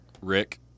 Rick